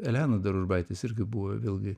elena daružbaitis irgi buvo vėlgi